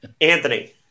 anthony